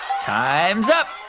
time's up.